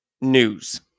news